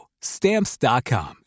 Stamps.com